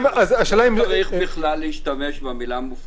לא צריך בכלל להשתמש במילה מופקרים.